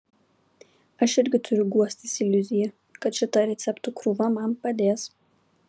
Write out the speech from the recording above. aš irgi turiu guostis iliuzija kad šita receptų krūva man padės